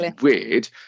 weird